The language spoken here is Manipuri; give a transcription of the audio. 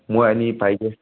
ꯃꯣꯏ ꯑꯅꯤ ꯄꯥꯏꯒꯦ